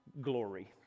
glory